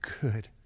good